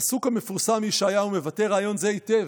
הפסוק המפורסם בישעיהו מבטא רעיון זה היטב: